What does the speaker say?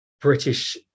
British